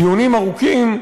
דיונים ארוכים,